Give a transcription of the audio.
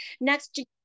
next